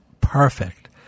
perfect